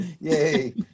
yay